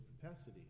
capacity